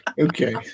Okay